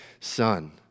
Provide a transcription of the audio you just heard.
son